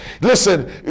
Listen